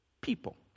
people